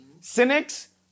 Cynics